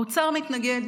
האוצר מתנגד.